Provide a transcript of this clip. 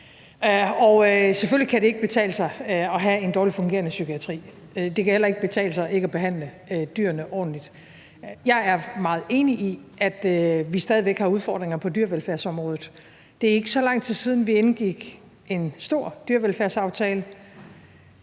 Selvfølgelig kan det ikke betale sig at have en dårligt fungerende psykiatri. Det kan heller ikke betale sig ikke at behandle dyrene ordentligt. Jeg er meget enig i, at vi stadig væk har udfordringer på dyrevelfærdsområdet. Det er ikke så lang tid siden, at vi indgik en stor dyrevelfærdsaftale.